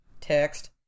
text